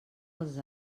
els